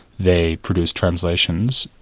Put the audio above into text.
they produced translations.